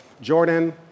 Jordan